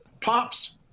Pops